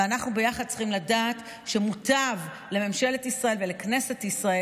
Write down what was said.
ואנחנו ביחד צריכים לדעת שמוטב לממשלת ישראל ולכנסת ישראל